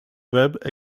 webb